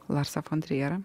larsą fon trierą